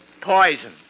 Poison